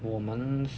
我们